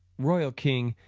royal king,